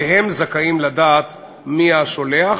והם זכאים לדעת מי השולח.